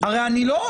הרי אני לא,